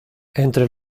entre